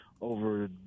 over